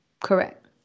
Correct